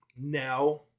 now